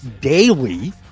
daily